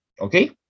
Okay